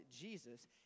Jesus